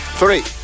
three